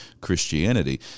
Christianity